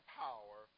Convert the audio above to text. power